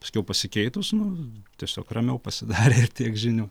paskiau pasikeitus nu tiesiog ramiau pasidarė ir tiek žinių